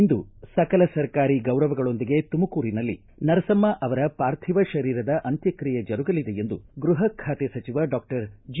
ಇಂದು ಸಕಲ ಸರ್ಕಾರಿ ಗೌರವಗಳೊಂದಿಗೆ ತುಮಕೂರಿನಲ್ಲಿ ನರಸಮ್ಮ ಅವರ ಪಾರ್ಥಿವ ಶರೀರದ ಅಂತ್ಯಕ್ರಿಯೆ ಜರುಗಲಿದೆ ಎಂದು ಗೃಹ ಖಾತೆ ಸಚಿವ ಡಾಕ್ಟರ್ ಜಿ